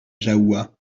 jahoua